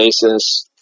basis